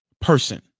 person